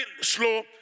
slow